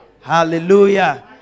Hallelujah